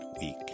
week